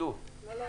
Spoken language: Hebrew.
ב-זום?